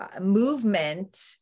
movement